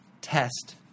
test